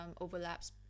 overlaps